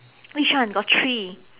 which one got three